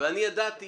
ואני ידעתי